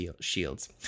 shields